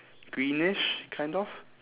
greenish kind of